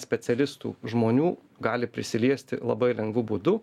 specialistų žmonių gali prisiliesti labai lengvu būdu